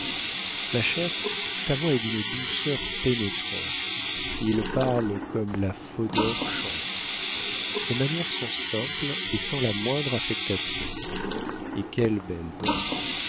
ma chère sa voix est d'une douceur pénétrante il parle comme la fodor chante ses manières sont simples et sans la moindre affectation et quelles belles dents